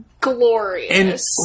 glorious